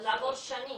לעבור שנים,